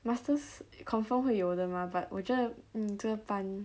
masters confirm 会有的吗 but 我觉得 mm 这班